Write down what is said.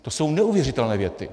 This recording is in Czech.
To jsou neuvěřitelné věty.